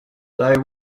they